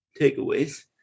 takeaways